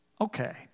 Okay